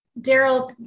Daryl